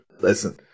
Listen